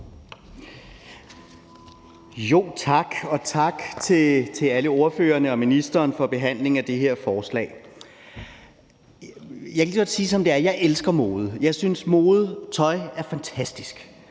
Tak, og tak til alle ordførerne og ministeren for behandlingen af det her forslag. Jeg kan lige så godt sige det, som det er: Jeg elsker mode. Jeg synes, at mode, tøj er fantastisk.